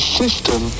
system